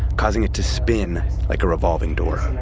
causing it to spin like a revolving door